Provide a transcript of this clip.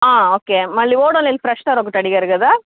okay మళ్ళీ Odonil freshener ఒకటి అడిగారు కదా